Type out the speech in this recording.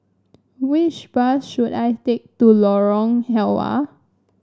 which bus should I take to Lorong Halwa